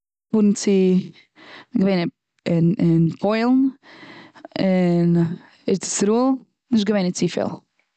געפארן צו. כ'בין געווען און פוילן, און ארץ ישראל. נישט געווען און צופיל.